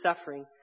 suffering